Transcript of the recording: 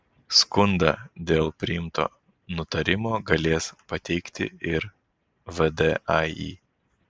skundą dėl priimto nutarimo galės pateikti ir vdai